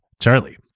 Charlie